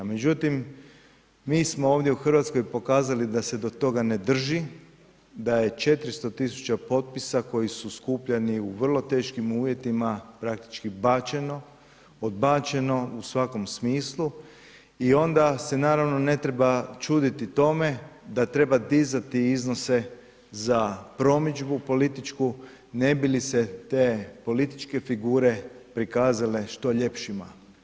Međutim, mi smo ovdje u Hrvatskoj pokazali da se do toga ne drži, da je 400 tisuća potpisa koji su skupljani u vrlo teškim uvjetima, praktički bačeno, odbačeno u svakom smislu i onda se naravno, ne treba čuditi tome da treba dizati iznose za promidžbu političku ne bi li se te političke figure prikazale što ljepšima.